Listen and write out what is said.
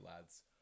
lads